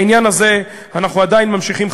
בעניין הזה אנחנו עדיין ממשיכים,